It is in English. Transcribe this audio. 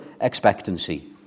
expectancy